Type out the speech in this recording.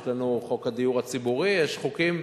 יש לנו חוק הדיור הציבורי, יש חוקים,